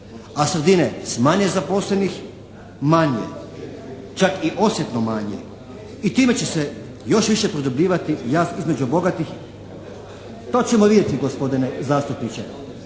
a sredine s manje zaposlenih manje, čak i osjetno manje i time će se još više produbljivati jaz između bogatih. …/Upadica se ne čuje./… To ćemo vidjeti, gospodine zastupniče.